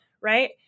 right